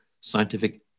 scientific